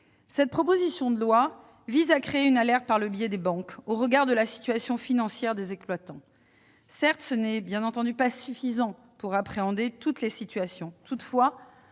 Cette proposition de loi vise à créer une alerte par l'intermédiaire des banques, en fonction de la situation financière des exploitants. Certes, cela n'est pas suffisant pour appréhender toutes les situations. Toutefois,